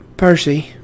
Percy